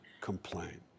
complain